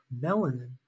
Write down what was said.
melanin